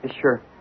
sure